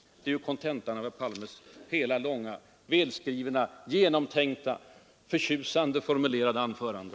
Detta är ju kontentan av herr Palmes långa, välskrivna, genomtänkta och ”förtjusande” formulerade anförande!